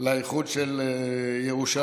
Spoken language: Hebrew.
לאיחוד של ירושלים.